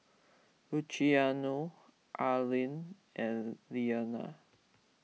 Luciano Arlen and Iyanna